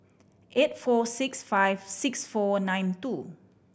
eight four six five six four nine two